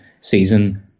season